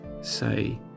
say